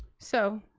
so,